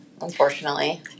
unfortunately